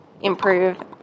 improve